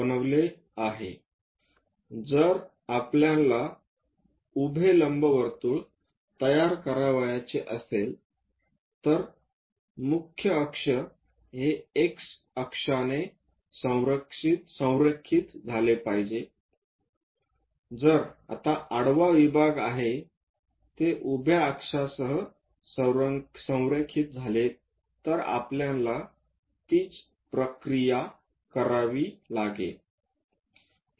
जर आपल्याला उभे लंबवर्तुळ तयार करावयाचा असेल तर मुख्य अक्ष हे X अक्षाने संरेखित झाले पाहिजे जर आता आडवा विभाग आहे ते उभ्या अक्षासह संरेखित झाले तर आपल्याला तीच प्रक्रिया करावी लागेल